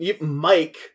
Mike